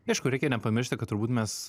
aišku reikia nepamiršti kad turbūt mes